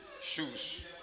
shoes